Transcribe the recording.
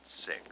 six